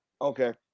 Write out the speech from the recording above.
Okay